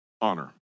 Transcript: honor